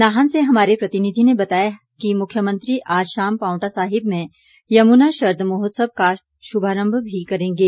नाहन से हमारे प्रतिनिधि ने बताया है कि मुख्यमंत्री आज शाम पांवटा साहिब में यमुना शरद महोत्सव का शुभारम्भ भी करेंगे